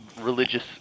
religious